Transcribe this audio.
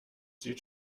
sieht